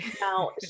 now